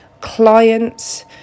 clients